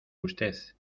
usted